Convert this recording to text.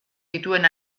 dituen